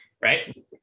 right